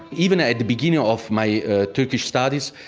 even at the beginning of my turkish studies,